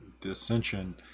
dissension